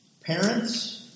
parents